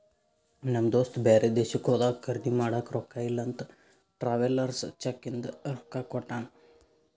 ನಮ್ ದೋಸ್ತ ಬ್ಯಾರೆ ದೇಶಕ್ಕ ಹೋದಾಗ ಖರ್ದಿ ಮಾಡಾಕ ರೊಕ್ಕಾ ಇಲ್ಲ ಅಂತ ಟ್ರಾವೆಲರ್ಸ್ ಚೆಕ್ ಇಂದ ರೊಕ್ಕಾ ಕೊಟ್ಟಾನ